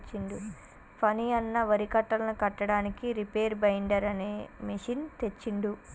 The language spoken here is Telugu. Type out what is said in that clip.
ఫణి అన్న వరి కట్టలను కట్టడానికి రీపేర్ బైండర్ అనే మెషిన్ తెచ్చిండు